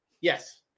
Yes